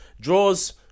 draws